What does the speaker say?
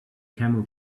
camel